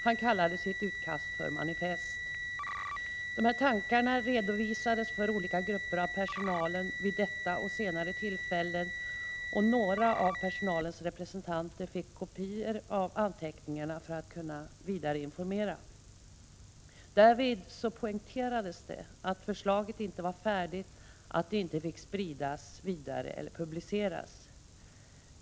Han kallade sitt utkast manifest. Tankarna redovisades för olika grupper av personalen vid detta och senare tillfällen, och några av personalens representanter fick kopior av anteckningarna för att kunna informera vidare. Därvid poängterades att förslaget inte var färdigt och att det inte fick spridas vidare eller publiceras.